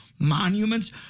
monuments